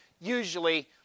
usually